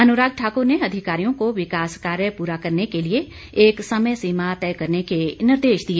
अनुराग ठाकुर ने अधिकारियों को विकास कार्य पूरा करने के लिए एक समय सीमा तय करने के निर्देश दिए